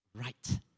right